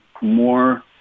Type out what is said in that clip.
more